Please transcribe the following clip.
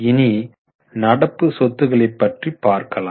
இனி நடப்பு சொத்துக்களை பற்றி பார்க்கலாம்